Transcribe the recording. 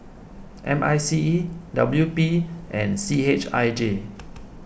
M I C E W P and C H I J